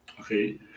Okay